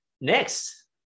Next